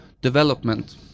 development